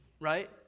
right